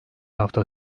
hafta